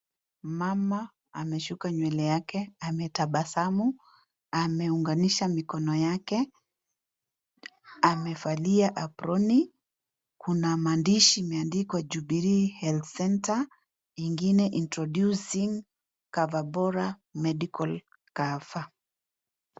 Mama ameshuka nywele yake ametabasamu, ameunganisha mikono yake amevalia aproni, kuna maandishi imeandikwa Jubilee health centre ingine introducing cover bora medical cover .